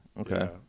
Okay